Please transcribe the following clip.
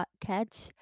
catch